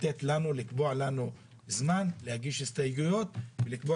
לקבוע לנו זמן להגיש הסתייגויות ולקבוע